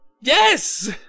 Yes